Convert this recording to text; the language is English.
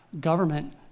government